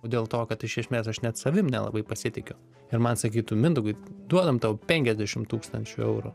o dėl to kad iš ešmės aš net savimi nelabai pasitikiu ir man sakytų mindaugai duodam tau penkiadešim tūkstančių eurų